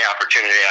opportunity